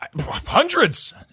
Hundreds